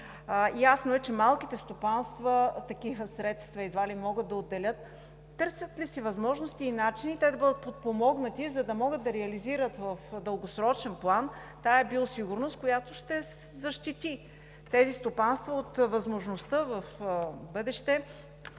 Ясно е, че малките стопанства такива средства едва ли могат да отделят. Търсят ли се възможности и начини те да бъдат подпомогнати, за да могат да реализират в дългосрочен план тази биосигурност, която ще защити тези стопанства от възможността в бъдеще